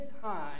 time